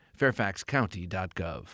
fairfaxcounty.gov